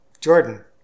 Jordan